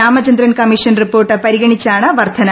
Ramachandran commission report പരിഗണിച്ചാണ് വർധന